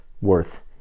worth